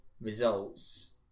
results